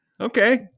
okay